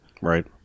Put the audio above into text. Right